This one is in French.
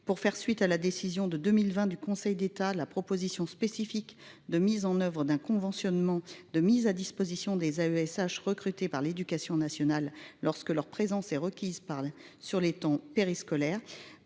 pour faire suite à la décision de 2020 du Conseil d'État la proposition spécifique de mise en oeuvre d'un conventionnement de mise à disposition des AESH recrutés par l'Éducation nationale lorsque leur présence est requise par sur les temps périscolaires